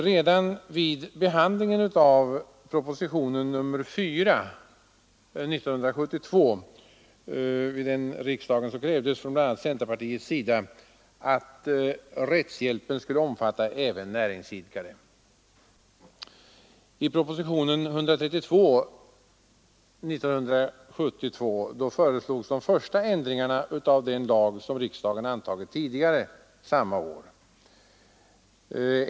Redan vid behandlingen av propositionen 4 år 1972 krävdes av bl.a. centerpartiet att rättshjälpen skulle omfatta även näringsidkare, I propositionen 132 år 1972 föreslogs de första ändringarna i den lag som riksdagen antagit tidigare samma år.